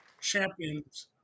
champions